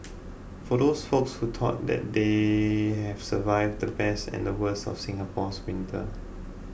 for those folks who thought that they have survived the best and the worst of Singapore winter